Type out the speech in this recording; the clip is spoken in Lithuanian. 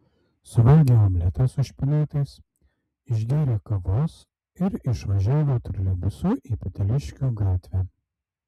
suvalgė omletą su špinatais išgėrė kavos ir išvažiavo troleibusu į peteliškių gatvę